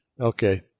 Okay